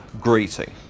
greeting